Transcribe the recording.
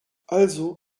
also